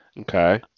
Okay